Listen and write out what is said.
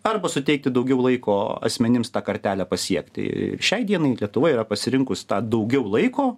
arba suteikti daugiau laiko asmenims tą kartelę pasiekti šiai dienai lietuva yra pasirinkus tą daugiau laiko